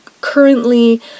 currently